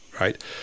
Right